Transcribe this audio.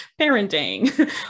parenting